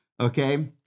Okay